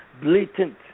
blatant